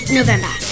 November